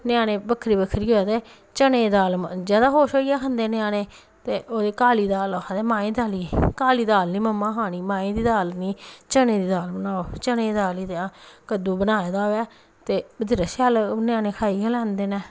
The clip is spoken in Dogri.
ञ्यानें बक्खरी बक्खरी गै ते चनें दा दाल जैदा खुश होइयै खंदे ञ्याने ते काली दाल आखदे माहें दी दाली गी काली दाल निं मम्मा खानी माहें दी दाल चनें दी दाल बनाओ चनें दी दाल ते कद्दू बनाए दा होऐ ते बत्हेरे शैल ञ्याने खाई गै लैंदे न